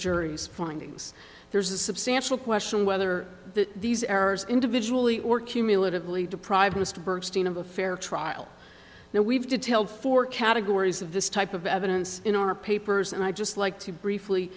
jury's findings there's a substantial question whether these errors individually or cumulatively deprive mr burstein of a fair trial now we've detailed four categories of this type of evidence in our papers and i'd just like to briefly